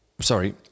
sorry